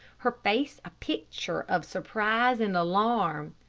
her face a picture of surprise and alarm.